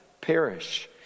perish